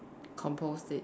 compost it